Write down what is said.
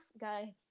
guy